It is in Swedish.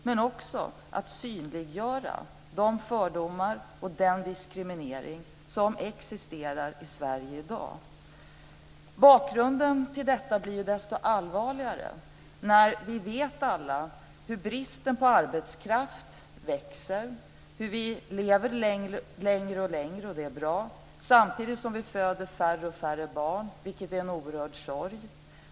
Vi måste också synliggöra de fördomar och den diskriminering som existerar i Sverige i dag. Bakgrunden till detta blir desto allvarligare när vi alla vet att bristen på arbetskraft växer. Vi lever längre och längre, och det är bra. Samtidigt föder vi färre och färre barn, vilket är en oerhörd sorg.